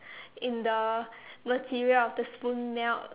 in the material of the spoon melt